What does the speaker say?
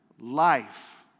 life